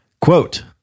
Quote